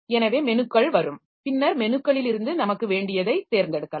எனவே மெனுக்கள் வரும் பின்னர் மெனுக்களிலிருந்து நமக்கு வேண்டியதை தேர்ந்தெடுக்கலாம்